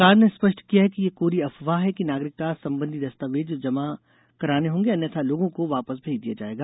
सरकार ने स्पष्ट किया कि यह कोरी अफवाह है कि नागरिकता संबंधी दस्तावेज जमा कराने होंगे अन्यथा लोगों को वापस भेज दिया जाएगा